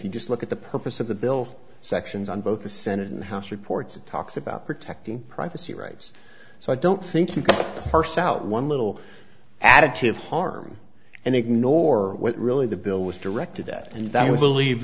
you just look at the purpose of the bill sections on both the senate and house reports it talks about protecting privacy rights so i don't think you can parse out one little additive harm and ignore what really the bill was directed at